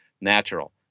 natural